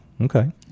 okay